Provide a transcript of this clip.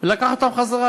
ולקחת אותם חזרה.